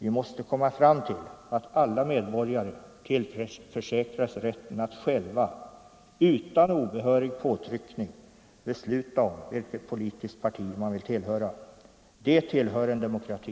Vi måste komma fram till att alla medborgare tillförsäkras rätten att själva, utan obehörig påtryckning, besluta om vilket politiskt parti man vill tillhöra. Det tillhör en demokrati.